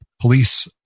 police